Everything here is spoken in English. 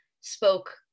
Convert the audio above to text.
spoke